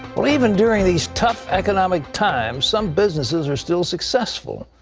well, even during these tough economic times, some businesses are still successful.